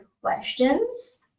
questions